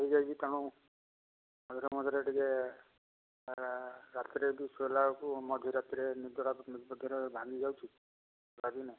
ହୋଇଯାଇଛି ତେଣୁ ମଝିରେ ମଝିରେ ଟିକେ ରାତିରେ ବି ଶୋଇଲାବେଳକୁ ମଝି ରାତିରେ ନିଦଟା ମଝିରେ ମଝିରେ ଭାଙ୍ଗିଯାଉଚଛି ନାହିଁ